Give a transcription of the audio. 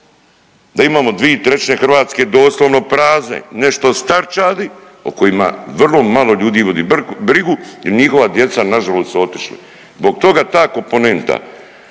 da imamo dvi trećine Hrvatske doslovno prazne, nešto starčadi o kojima vrlo malo ljudi vodi brigu jer njihova djeca nažalost su otišli. Zbog toga ta komponenta